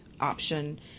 option